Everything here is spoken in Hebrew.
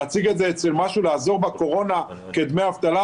להציג את זה כמשהו לעזור בקורונה כדמי אבטלה,